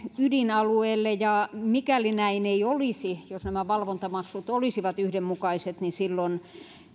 ydinalueelle mikäli näin ei olisi jos nämä valvontamaksut olisivat yhdenmukaiset niin silloin